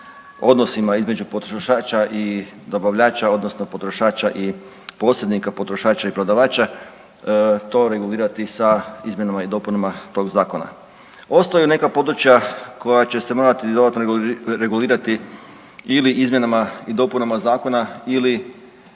odnosima između potrošača i dobavljača odnosno potrošača i posrednika, potrošača i prodavača to regulirati sa izmjenama i dopunama tog zakona. Ostaju neka područja koja će se morati dodatno regulirati ili izmjenama i dopunama zakona ili